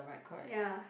ya